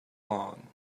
lawn